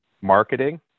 marketing